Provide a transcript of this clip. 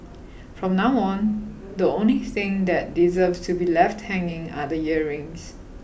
from now on the only thing that deserves to be left hanging are the earrings